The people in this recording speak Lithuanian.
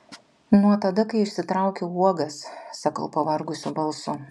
nuo tada kai išsitraukiau uogas sakau pavargusiu balsu